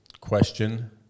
Question